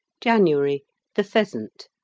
january the pheasant